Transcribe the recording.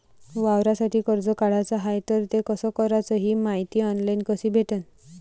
वावरासाठी कर्ज काढाचं हाय तर ते कस कराच ही मायती ऑनलाईन कसी भेटन?